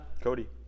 Cody